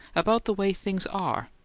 about the way things are,